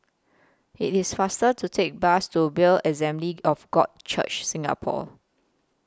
IT IS faster to Take The Bus to Bethel Assembly of God Church Singapore